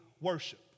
worship